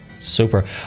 Super